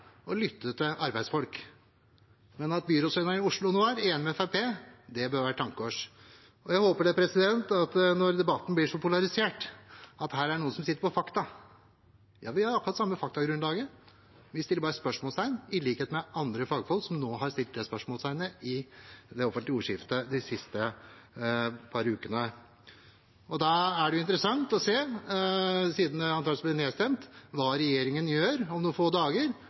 og lytter til arbeidsfolk. Men at byrådslederen i Oslo nå er enig med Fremskrittspartiet, bør være et tankekors. Jeg håper at når debatten blir så polarisert, er det noen som sitter på fakta. Vi har akkurat det samme faktagrunnlaget. Vi setter bare spørsmålstegn, i likhet med andre fagfolk som nå har satt det spørsmålstegnet i det offentlige ordskiftet de siste par ukene. Da er det interessant å se, siden forslaget antakeligvis blir nedstemt, hva regjeringen gjør om noen få dager,